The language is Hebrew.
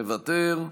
מוותר,